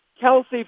Kelsey